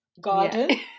garden